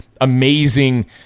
amazing